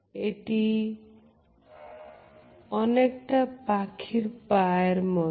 এটি অনেকটা পাখির পায়ের মতো